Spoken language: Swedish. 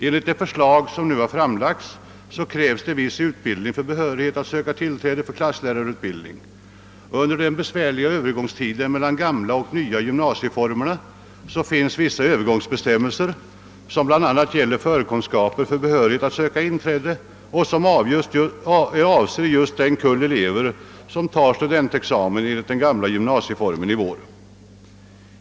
Enligt det förslag som nu har framlagts krävs viss utbildning för behörighet att söka tillträde till klasslärarutbildning. Under den besvärliga övergångstiden mellan den gamla och den nya gymnasieformen gäller vissa övergångsbestämmelser — bl.a. beträffande förkunskaper för behörighet att söka inträde — som avser just den kull elever som tar studentexamen i vår enligt den gamla gymnasieformen.